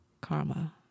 karma